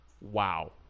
wow